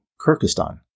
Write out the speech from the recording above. Kyrgyzstan